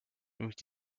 nämlich